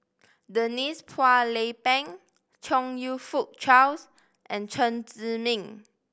Denise Phua Lay Peng Chong You Fook Charles and Chen Zhiming